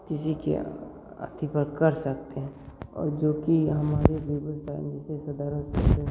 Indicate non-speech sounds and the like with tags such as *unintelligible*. किसी *unintelligible* पर कर सकते हैं और जोकि हमारे बेगूसराय में *unintelligible*